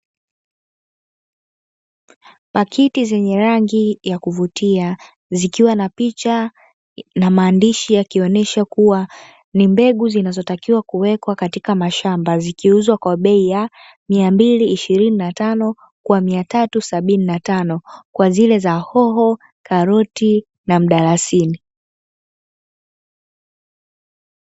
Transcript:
Pakiti zenye rangi ya kuvutia, zikiwa na picha na maandishi yakionesha kuwa ni mbegu zinazotakiwa kuwekwa katika mashamba, zikiuzwa kwa bei ya mia mbili ishirini na tano, kwa mia tatu sabini na tano, kwa zile za hoho, karoti, na mdalasini.